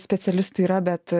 specialistų yra bet